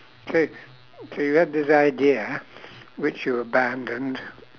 so so you have this idea which you abandoned